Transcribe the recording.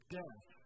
death